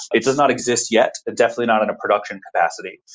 it does not exist yet, definitely not in a production capacity.